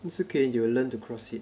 it's okay you will learn to cross it